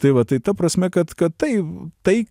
tai va tai ta prasme kad kad tai tai